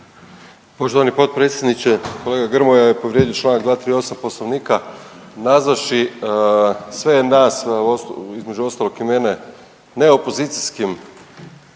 Poštovani potpredsjedniče, kolega Grmoja je povrijedio članak 238. Poslovnika nazvavši sve nas, između ostalog i mene ne opozicijskim